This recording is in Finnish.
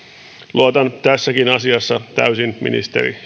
luotan tässäkin asiassa täysin ministeri